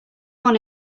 one